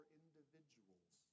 individuals